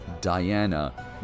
Diana